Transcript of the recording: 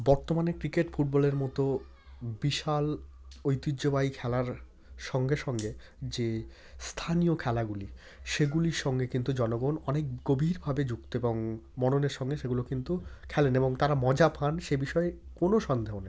বর্তমানে ক্রিকেট ফুটবলের মতো বিশাল ঐতিহ্যবাহী খেলার সঙ্গে সঙ্গে যে স্থানীয় খেলাগুলি সেগুলির সঙ্গে কিন্তু জনগণ অনেক গভীরভাবে যুক্ত এবং মননের সঙ্গে সেগুলো কিন্তু খেলেন এবং তারা মজা পান সে বিষয়ে কোনো সন্দেহ নেই